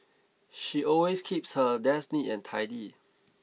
she always keeps her desk neat and tidy